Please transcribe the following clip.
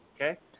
Okay